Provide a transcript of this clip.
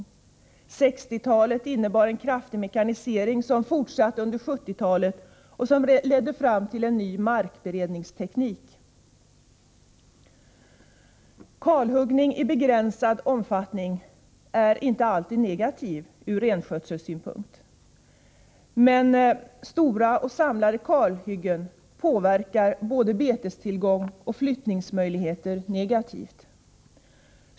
1960-talet innebar en kraftig mekanisering, som fortsatte under 1970-talet och som ledde fram till ny markberedningsteknik. Kalhuggning i begränsad omfattning är inte alltid negativ från renskötselsynpunkt. Men stora och samlade kalhyggen påverkar både betestillgång och flyttningsmöjligheter starkt negativt.